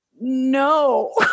no